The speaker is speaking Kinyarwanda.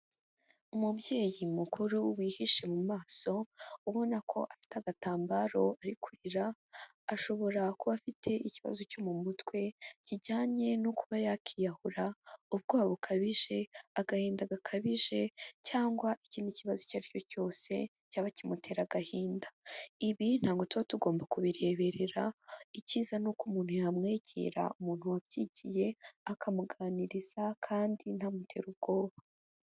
Umubyeyi mukuru wihishe mu maso, ubona ko afite agatambaro ari kurira. Ashobora kuba afite ikibazo cyo mu mutwe kijyanye no kuba yakiyahura, ubwoba bukabije, agahinda gakabije, cyangwa ikindi kibazo icyo aricyo cyose cyaba kimutera agahinda. Ibi ntabwo tuba tugomba kubireberera, icyiza ni uko umuntu yamwegera. Umuntu wabyigiye, akamuganiriza kandi ntamutere ubwoba.